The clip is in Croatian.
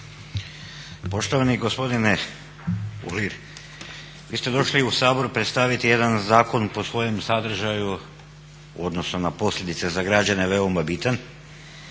Poštovani gospodine Uhlir, vi ste došli u Sabor predstaviti jedan zakon po svojem sadržaju u odnosu na posljedice za građane veoma bitan.